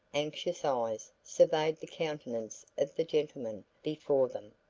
anxious eyes surveyed the countenance of the gentleman before them,